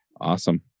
Awesome